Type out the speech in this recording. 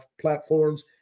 platforms